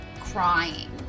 crying